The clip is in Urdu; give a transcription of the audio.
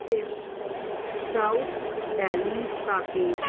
fifth south Delhi Saket